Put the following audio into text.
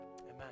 Amen